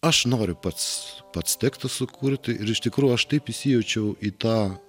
aš noriu pats pats tekstą sukurti ir iš tikrųjų aš taip įsijaučiau į tą